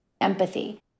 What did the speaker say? Empathy